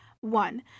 One